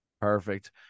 Perfect